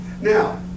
Now